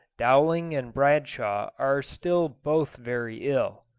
dowling and bradshaw are still both very ill.